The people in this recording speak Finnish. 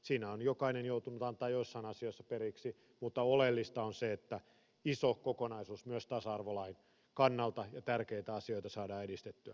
siinä on jokainen joutunut antamaan joissain asioissa periksi mutta oleellista on se että iso kokonaisuus myös tasa arvolain kannalta ja tärkeitä asioita saadaan edistettyä